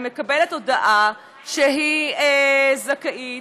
היא מקבלת הודעה שהיא זכאית,